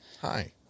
Hi